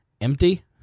Empty